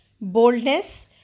boldness